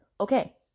okay